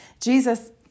Jesus